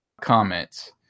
comments